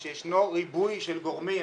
כאשר יש ריבוי של גורמים